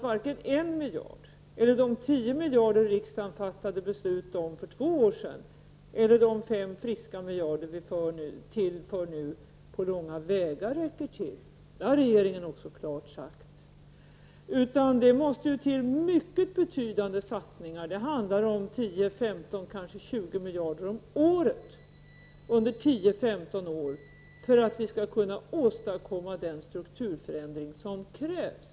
Varken 1 miljard eller de 10 miljarder som riksdagen fattade beslut om för två år sedan, lika litet som de 5 friska miljarder som vi nu tillför, räcker på långa vägar till. Det har regeringen också klart sagt. Det måste till mycket betydande satsningar. Det handlar om 10, 15 eller kanske 20 miljarder om året under tio femton år, för att vi skall kunna åstadkomma den strukturförändring som krävs.